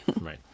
right